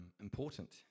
important